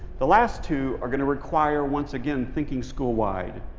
the last two are going to require, once again, thinking schoolwide.